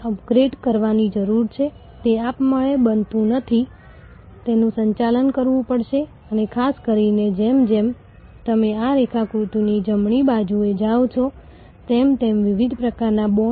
તેથી ઉત્પાદન જીવન ચક્ર સેવા જીવન ચક્રના પ્રારંભિક તબક્કામાં તમે જે સંબંધો વિકસાવો છો તેનું બાજ નજરથી રક્ષણ કરો